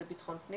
זה ביטחון פנים?